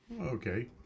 Okay